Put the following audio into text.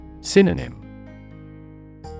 Synonym